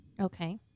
okay